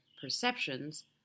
perceptions